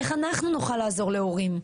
איך אנחנו נוכל לעזור להורים?